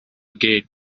gate